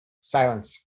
silence